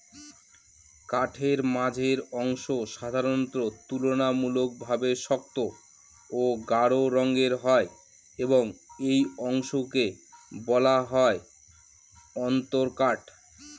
কাঠের মাঝের অংশ সাধারণত তুলনামূলকভাবে শক্ত ও গাঢ় রঙের হয় এবং এই অংশকে বলা হয় অন্তরকাঠ